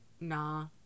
nah